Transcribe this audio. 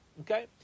okay